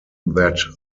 that